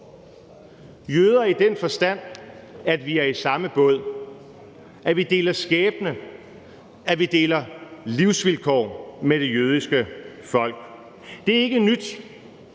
jøder i den forstand, at vi er i samme båd, at vi deler skæbne, og at vi deler livsvilkår med det jødiske folk. Det er ikke nyt.